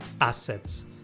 assets